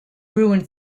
ruined